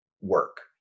work